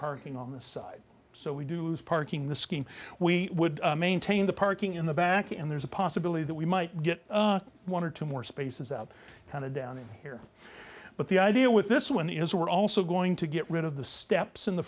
parking on the side so we do parking the scheme we would maintain the parking in the back and there's a possibility that we might get one or two more spaces out kind of down here but the idea with this one is we're also going to get rid of the steps in the